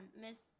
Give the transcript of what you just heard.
miss